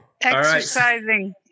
Exercising